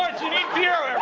jeanine pirro,